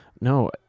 no